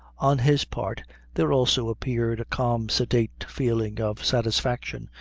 on his part there also appeared a calm sedate feeling of satisfaction,